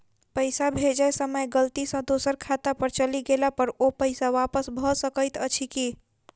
पैसा भेजय समय गलती सँ दोसर खाता पर चलि गेला पर ओ पैसा वापस भऽ सकैत अछि की?